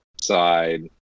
side